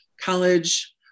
college